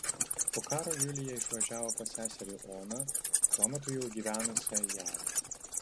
po karo julija išvažiavo pas seserį oną tuo metu jau gyvenusią jav